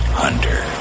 hunter